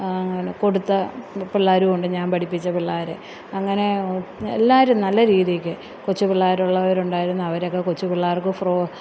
അങ്ങനെ കൊടുത്ത പിള്ളേരും ഉണ്ട് ഞാന് പഠിപ്പിച്ച പിള്ളേര് അങ്ങനെ എല്ലാവരും നല്ല രീതീക്ക് കൊച്ചു പിള്ളേര് ഉള്ളവർ ഉണ്ടായിരുന്നു അവരൊക്കെ കൊച്ചു പിള്ളേർക്ക് ഫ്രോ